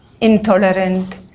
intolerant